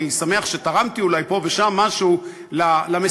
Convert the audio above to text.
אני שמח שתרמתי אולי פה ושם משהו למסרים